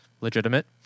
Legitimate